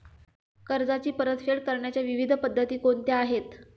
कर्जाची परतफेड करण्याच्या विविध पद्धती कोणत्या आहेत?